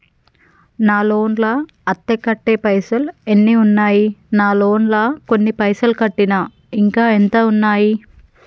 నా లోన్ లా అత్తే కట్టే పైసల్ ఎన్ని ఉన్నాయి నా లోన్ లా కొన్ని పైసల్ కట్టిన ఇంకా ఎంత ఉన్నాయి?